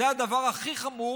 זה הדבר הכי חמור,